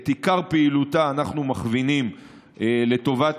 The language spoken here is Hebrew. את עיקר פעילותה אנחנו מכווינים לטובת